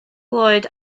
lloyd